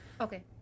Okay